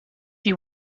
you